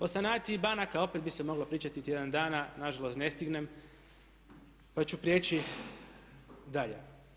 O sanaciji banaka opet bi se moglo pričati tjedan dana, na žalost ne stignem pa ću prijeći dalje.